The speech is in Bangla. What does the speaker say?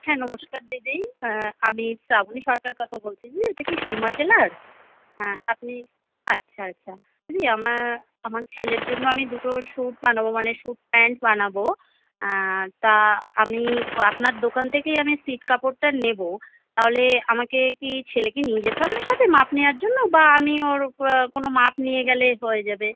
হ্যাঁ নমস্কার দিদি হ্যাঁ আমি শ্রাবণী সরকার কথা বলছি দিদি এটা কী সোমা টেলার হ্যাঁ আপনি আচ্ছা আচ্ছা দিদি আমার আমার ছেলের জন্য আমি দুটো স্যুট বানাবো মানে স্যুট প্যান্ট বানাবো তা আমি আপনার দোকান থেকেই আমি ছিট কাপড়টা নেবো তাহলে আমাকে কী ছেলেকে নিয়ে যেতে হবে সাথে মাপ নেওয়ার জন্য বা আমি ওর কোনও মাপ নিয়ে গেলে হয়ে যাবে